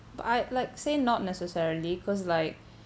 but I like say not necessarily cause like